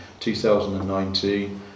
2019